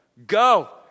Go